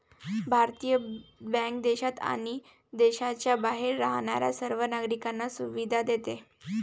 भारतीय बँक देशात आणि देशाच्या बाहेर राहणाऱ्या सर्व नागरिकांना सुविधा देते